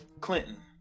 Clinton